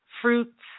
fruits